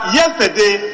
yesterday